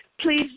Please